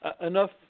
enough –